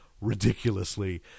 ridiculously